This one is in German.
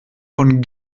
von